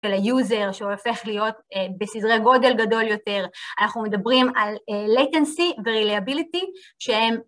וליוזר שהוא הופך להיות בסדרי גודל גדול יותר. אנחנו מדברים על latency ו-reliability שהם